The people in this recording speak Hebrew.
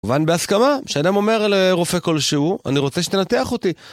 כמובן בהסכמה, כשאדם אומר לרופא כלשהו, אני רוצה שתנתח אותי.